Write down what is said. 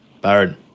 Baron